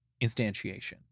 instantiation